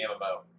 MMO